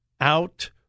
Out